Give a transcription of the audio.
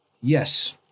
Yes